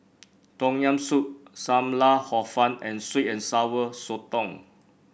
Tom Yam Soup Sam Lau Hor Fun and sweet and Sour Sotong